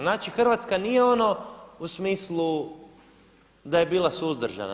Znači, Hrvatska nije ono u smislu da je bila suzdržana.